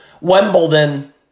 Wimbledon